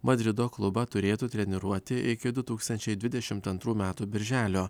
madrido klubą turėtų treniruoti iki du tūkstančiai dvidešim antrų metų birželio